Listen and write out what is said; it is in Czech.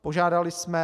Požádali jsme...